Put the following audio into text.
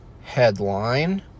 headline